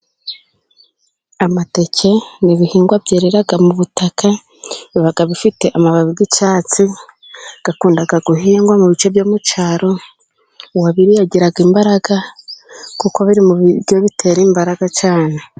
Amateke ni ibihingwa byera mu butaka, biba bifite amababi y'icyatsi. Akunda guhingwa mu bice byo mu cyaro. Uwabiriye agira imbaraga, kuko biri mu biryo bitera imbaraga cyane.